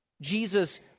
Jesus